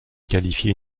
qualifié